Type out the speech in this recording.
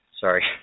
sorry